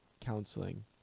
counseling